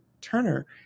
Turner